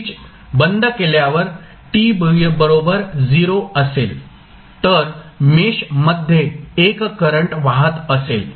switch बंद केल्यावर t बरोबर 0 असेल तर मेश मध्ये एक करंट वाहत असेल